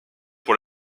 pour